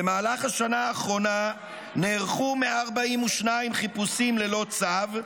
במהלך השנה האחרונה נערכו 142 חיפושים ללא צו,